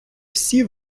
всі